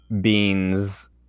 Beans